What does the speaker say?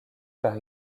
par